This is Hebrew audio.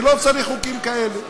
שלא צריך חוקים כאלה.